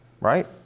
right